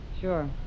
Sure